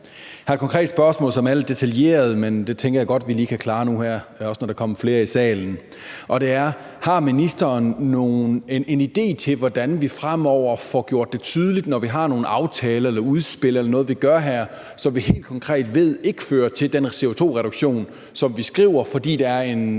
Jeg har et konkret spørgsmål, som er lidt detaljeret, men det tænker jeg godt vi lige kan klare her også nu, hvor der er kommet flere i salen, og det er: Har ministeren en idé til, hvordan vi fremover får gjort det tydeligt, når vi har nogle aftaler eller udspil eller noget, vi gør her, som vi helt konkret ved ikke fører til den CO2-reduktion, som vi skriver, fordi der er en